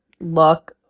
look